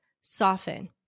soften